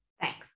Thanks